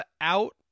out